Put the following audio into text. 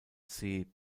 zee